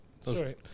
Sorry